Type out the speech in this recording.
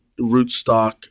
rootstock